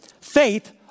Faith